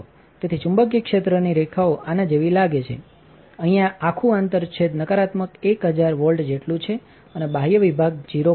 તેથી ચુંબકીય ક્ષેત્રની રેખાઓ આના જેવી લાગે છેઅહીં આ આખું આંતરછેદ નકારાત્મક 1000 વોલ્ટ જેટલું છે અને બાહ્ય વિભાગ 0 પર છે